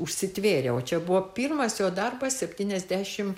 užsitvėrė o čia buvo pirmas jo darbas septyniasdešimt